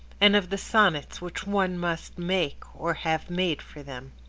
and of the sonnets which one must make, or have made, for them.